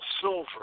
silver